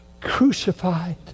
crucified